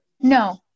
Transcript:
No